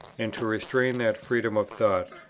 and to restrain that freedom of thought,